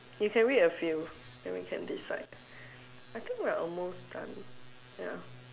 you can wait a few then we can decide I think we are almost done